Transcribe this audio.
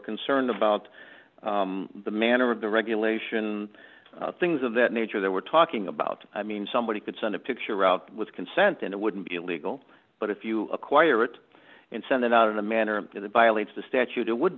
concerned about the manner of the regulation things of that nature that we're talking about i mean somebody could send a picture out with consent and it wouldn't be illegal but if you acquire it and send it out in a manner that violates the statute it would